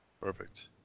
Perfect